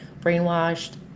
brainwashed